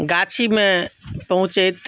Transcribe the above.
गाछीमे पहुँचैत